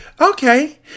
okay